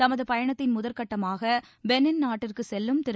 தமது பயணத்தின் முதற்கட்டமாக பெனின் நாட்டிற்கு செல்லும் திரு